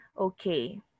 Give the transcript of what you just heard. Okay